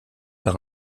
par